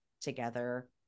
together